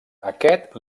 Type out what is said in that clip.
aquest